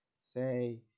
say